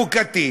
חוקתי,